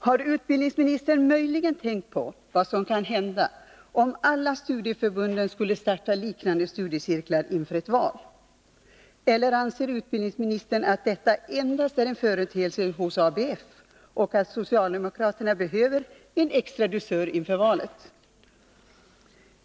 Har utbildningsministern möjligen tänkt på vad som kan hända om alla studieförbund skulle starta liknande studiecirklar inför ett val? Eller anser utbildningsministern att detta endast är en företeelse hos ABF och att socialdemokraterna behöver en extra dusör inför valet?